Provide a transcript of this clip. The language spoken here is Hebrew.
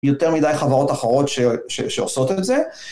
יותר מדי חברות אחרות שעושות את זה.